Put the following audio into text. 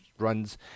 runs